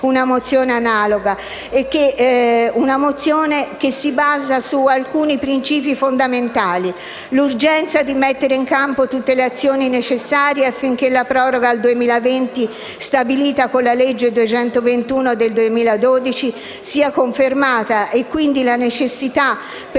una mozione analoga, che si basa su alcuni principi fondamentali: l'urgenza di mettere in campo tutte le azioni necessarie affinché la proroga al 2020, stabilita con la legge n. 221 del 2012, sia confermata e quindi la necessità per